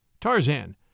Tarzan